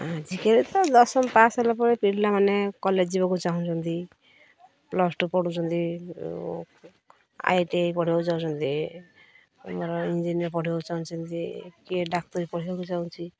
ଆଜିକାଲି ତ ଦଶମ ପାସ୍ ହେଲା ପରେ ପିଲାମାନେ କଲେଜ୍ ଯିବାକୁ ଚାହୁଁଛନ୍ତି ପ୍ଲସ୍ ଟୁ ପଢ଼ୁଛନ୍ତି ଆଇ ଟି ଆଇ ପଢ଼ିବାକୁ ଚାହୁଁଛନ୍ତି ଆମର ଇଞ୍ଜିନିୟର୍ ପଢ଼ିବାକୁ ଚାହୁଁଛନ୍ତି କିଏ ଡାକ୍ତରୀ ପଢ଼ିବାକୁ ଚାହୁଁଛି